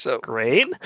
great